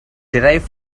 derive